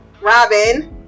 robin